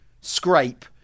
scrape